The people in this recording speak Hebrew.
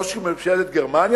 ראש ממשלת גרמניה,